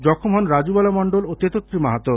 জখম হন রাজুবালা মণ্ডল ও তেতত্রী মাহাতো